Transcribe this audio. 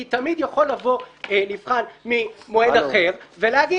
כי תמיד יכול לבוא נבחן ממועד אחר ולהגיד: